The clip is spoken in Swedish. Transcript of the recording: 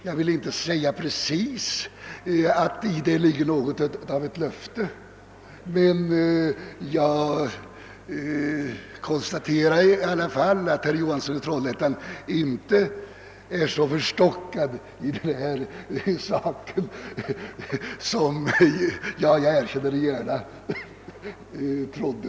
Jag vill inte precis säga att det däri ligger något av ett löfte, men jag konstaterar i alla fall att herr Johansson i Trollhättan inte är så förstockad när det gäller denna sak som jag — det erkänner jag gärna trodde.